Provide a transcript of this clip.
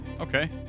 okay